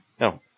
No